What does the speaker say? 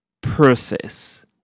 process